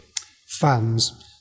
fans